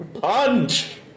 Punch